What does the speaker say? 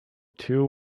two